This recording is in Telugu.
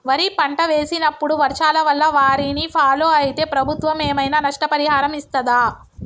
వరి పంట వేసినప్పుడు వర్షాల వల్ల వారిని ఫాలో అయితే ప్రభుత్వం ఏమైనా నష్టపరిహారం ఇస్తదా?